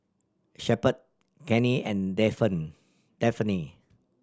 Shepherd Cannie and Daphne